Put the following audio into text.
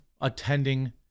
attending